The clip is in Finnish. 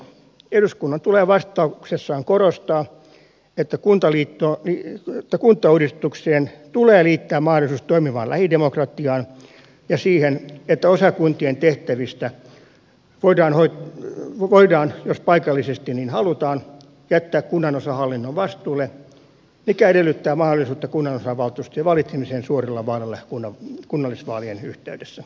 eduskunnan tulee vastauksessaan korostaa että kuntauudistukseen tulee liittää mahdollisuus toimivaan lähidemokratiaan ja siihen että osa kuntien tehtävistä voidaan jos paikallisesti niin halutaan jättää kunnanosahallinnon vastuulle mikä edellyttää mahdollisuutta kunnanosavaltuustojen valitsemiseen suorilla vaaleilla kunnallisvaalien yhteydessä